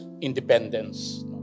independence